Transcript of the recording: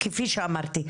כפי שאמרתי.